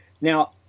now